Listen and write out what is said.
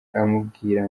amubwira